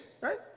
right